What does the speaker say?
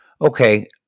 Okay